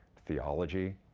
theology,